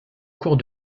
cours